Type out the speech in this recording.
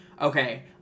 Okay